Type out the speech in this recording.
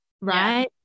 Right